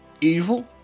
evil